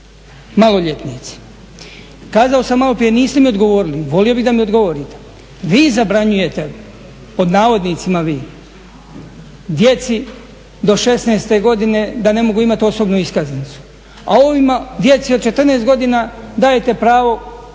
maloljetnici. Kazao sam maloprije niste i odgovorili, volio bih da mi odgovorite, vi zabranjujete, pod navodnicima "vi", djeci do 16.-te godine da ne mogu imati osobnu iskaznicu a ovima, djeci od 14 godina dajete pravo